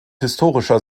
historischer